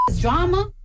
drama